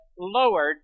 lowered